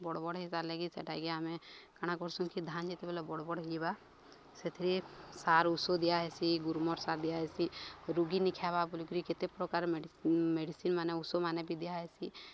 ବଡ଼ ବଡ଼଼ ହେଇସାରଲେ କିି ସେଟାକି ଆମେ କାଣା କରୁସୁଁ କି ଧାନ ଯେତେବେଲେ ବଡ଼ ବଡ଼ ହେଇଯିବା ସେଥିରେ ସାର୍ ଔଷଧ ଦିଆ ହେସି ଗ୍ରୁମର ସାର୍ ଦିଆ ହେସି ରୁଗୀନ ଖାଇବା ବୋଲିକିରି କେତେ ପ୍ରକାରେ ମେଡ଼ିସିନ୍ ମାନେ ଔଷଧମାନେ ବି ଦିଆ ହେସି